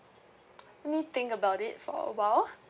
let me think about it for a while